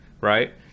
right